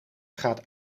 gaat